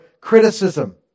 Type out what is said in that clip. criticism